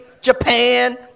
Japan